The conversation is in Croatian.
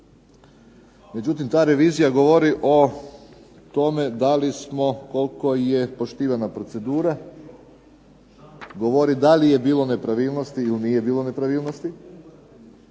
Međutim, ta revizija govori o tome koliko je poštivana procedura, govori da li je bilo nepravilnosti ili nije bilo nepravilnosti.